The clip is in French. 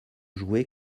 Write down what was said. joué